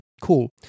Cool